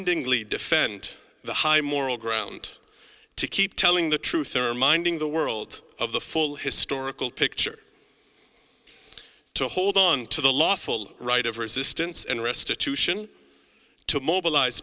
ending lee defend the high moral ground to keep telling the truth or minding the world of the full historical picture to hold on to the lawful right of resistance and restitution to mobilize